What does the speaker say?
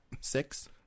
Six